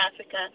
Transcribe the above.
Africa